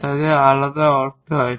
তাদের আলাদা অর্থ আছে